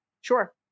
Sure